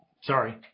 Sorry